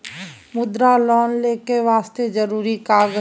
मुद्रा लोन लेके वास्ते जरुरी कागज?